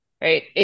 right